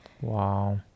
Wow